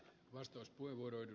herra puhemies